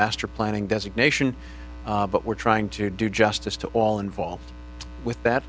master planning designation but we're trying to do justice to all involved with that